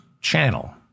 channel